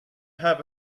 have